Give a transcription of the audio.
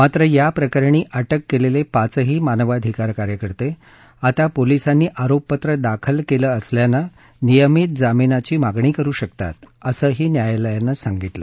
मात्र या प्रकरणी अटक केलेले पाचही मानवाधिकार कार्यकर्ते आता पोलिसांनी आरोपपत्र दाखल केलं असल्यानं नियमित जामिनाची मागणी करू शकतात असंही न्यायालयानं सांगितलं